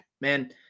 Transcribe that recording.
man